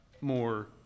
more